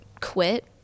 quit